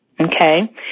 Okay